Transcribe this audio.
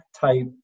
type